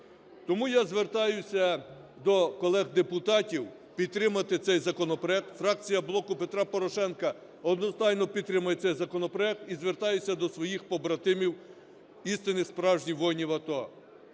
Тому я звертаюся до колег-депутатів підтримати цей законопроект. Фракція "Блоку Петра Порошенка" одностайно підтримує цей законопроект і звертається до своїх побратимів, істинних, справжніх воїнів АТО.